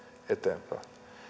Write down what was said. eteenpäin